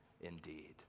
indeed